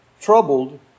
troubled